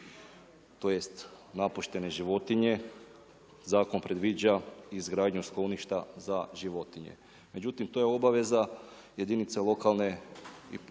tj. napuštene životinje zakon predviđa izgradnju skloništa za životinje. Međutim, to je obaveza jedince lokalne samouprave,